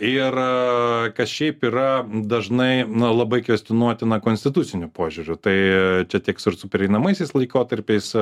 ir kas šiaip yra dažnai labai kvestionuotina konstituciniu požiūriu tai čia tiks ir su pereinamaisiais laikotarpiais